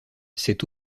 cette